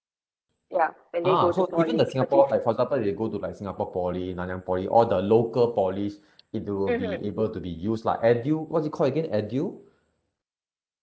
!huh! so even the singapore like for example they go to like singapore poly nanyang poly all the local poly's it will be able to be used lah edu~ what's it called again edu~